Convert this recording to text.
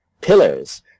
pillars